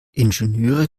ingenieure